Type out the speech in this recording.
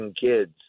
kids